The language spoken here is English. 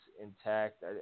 intact